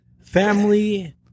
family